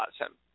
awesome